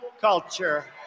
culture